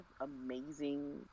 amazing